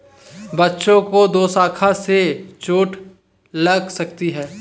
बच्चों को दोशाखा से चोट लग सकती है